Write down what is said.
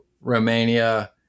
Romania